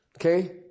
Okay